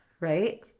right